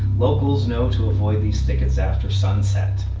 locals know to avoid these thickets after sunset.